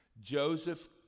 Joseph